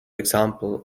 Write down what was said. example